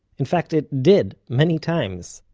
in fact, it did. many times.